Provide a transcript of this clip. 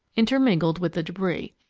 intermingled with the debris.